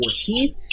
14th